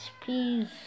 please